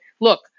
look